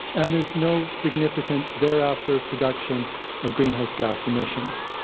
and there's no significant thereafter production of greenhouse gas emission.